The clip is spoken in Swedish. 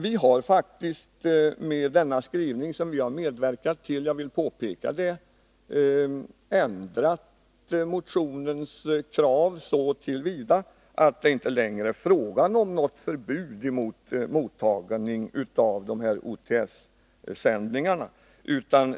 Vi har faktiskt i utskottets skrivning — som vi i centern har medverkat till, det vill jag påpeka — ändrat motionens krav, så till vida att det inte längre är fråga om något förbud mot mottagning av OTS-sändningarna.